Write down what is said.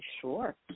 Sure